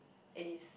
is